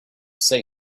say